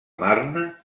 marne